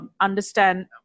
understand